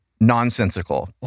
nonsensical